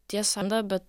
tiesa na be